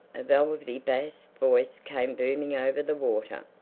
a velvety bass voice came booming over the water.